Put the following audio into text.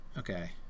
Okay